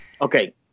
okay